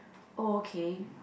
oh okay